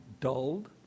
dulled